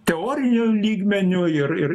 teoriniu lygmeniu ir ir